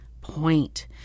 point